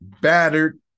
battered